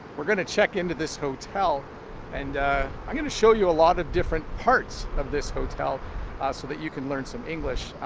we're going to check into this hotel and i'm going to show you a lot of different parts of this hotel ah so that you can learn some english.